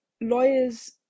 lawyers